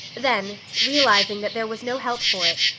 then, realizing that there was no help for it,